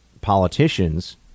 politicians